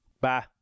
Bye